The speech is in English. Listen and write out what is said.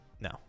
No